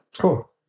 Cool